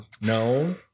No